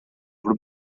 grup